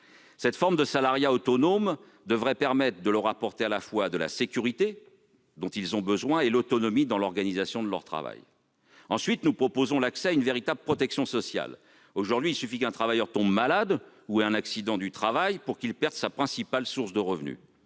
Cette forme de salariat autonome devrait permettre de leur assurer la sécurité dont ils ont besoin tout en préservant l'autonomie qu'ils ont dans l'organisation de leur travail. Ensuite, nous proposons d'organiser leur accès à une véritable protection sociale : aujourd'hui, il suffit qu'un de ces travailleurs tombe malade ou ait un accident du travail pour qu'il perde sa principale source de revenus.